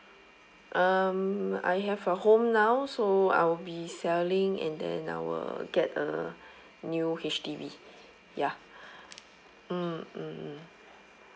um I have a home now so I will be selling and then I will get a new H_D_B ya mm mm mm